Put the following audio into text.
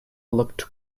looked